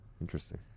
Interesting